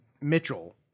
Mitchell